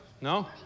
No